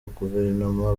guverinoma